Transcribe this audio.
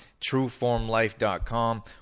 trueformlife.com